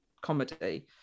comedy